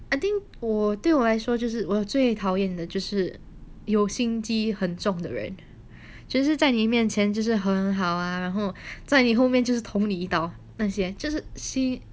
I think 我对我来说就是我最讨厌的就是有心机很重的人就是在你面前就是很好啊然后在你后面就是捅你一刀那些就是